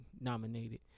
nominated